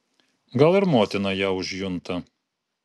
gal ir motina ją užjunta